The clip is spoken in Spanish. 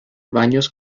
baños